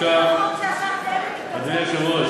אדוני השר,